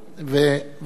בבקשה.